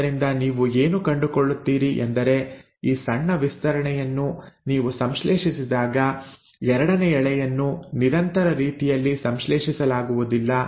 ಆದ್ದರಿಂದ ನೀವು ಏನನ್ನು ಕಂಡುಕೊಳ್ಳುತ್ತೀರಿ ಎಂದರೆ ಈ ಸಣ್ಣ ವಿಸ್ತರಣೆಯನ್ನು ನೀವು ಸಂಶ್ಲೇಷಿಸಿದಾಗ ಎರಡನೇ ಎಳೆಯನ್ನು ನಿರಂತರ ರೀತಿಯಲ್ಲಿ ಸಂಶ್ಲೇಷಿಸಲಾಗುವುದಿಲ್ಲ